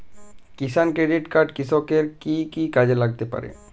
কিষান credit card কৃষকের কি কি কাজে লাগতে পারে?